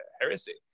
heresy